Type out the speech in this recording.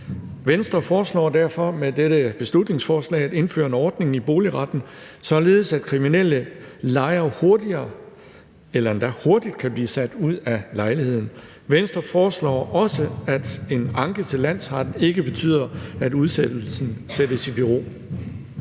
Venstre foreslår derfor med dette beslutningsforslag at indføre en ordning i boligretten, således at kriminelle lejere hurtigere eller endda hurtigt kan blive sat ud af lejligheden. Venstre foreslår også, at en anke til landsretten ikke betyder, at udsættelsen sættes i bero.